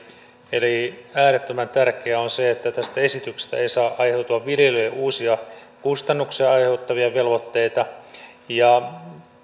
eli äärettömän tärkeää on se että tästä esityksestä ei saa aiheutua viljelijöille uusia kustannuksia aiheuttavia velvoitteita ja